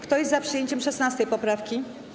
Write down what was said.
Kto jest za przyjęciem 16. poprawki?